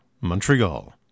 Montreal